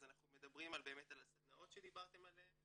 אנחנו מדברים על הסדנאות שדיברתם עליהם,